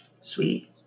Sweet